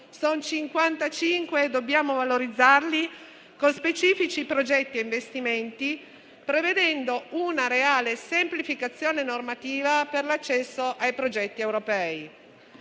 sono 55 e dobbiamo valorizzarli con specifici progetti e investimenti, prevedendo una reale semplificazione normativa per l'accesso ai progetti europei.